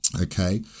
Okay